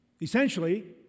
Essentially